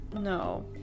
No